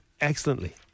Excellently